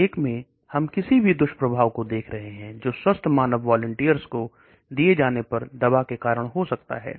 एक में हम किसी दुष्प्रभाव को देख रहे हैं जो स्वस्थ मानव वॉलिंटियर्स को दिए जाने पर दवा के कारण हो सकता है